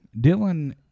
Dylan